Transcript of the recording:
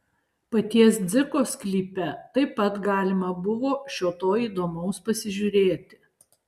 paties dziko sklype taip pat galima buvo šio to įdomaus pasižiūrėti